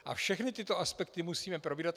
A všechny tyto aspekty musíme probírat.